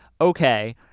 Okay